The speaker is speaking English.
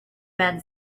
men